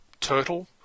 turtle